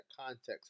context